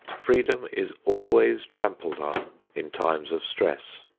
freedom is always trampled on in times of stress.